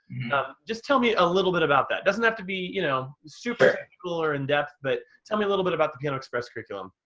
just tell me a little bit about that. doesn't have to be, you know super technical or in depth, but tell me a little bit about the piano express curriculum.